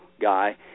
guy